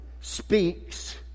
speaks